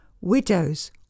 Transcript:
widows